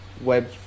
Web